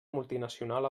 multinacional